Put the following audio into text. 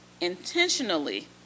intentionally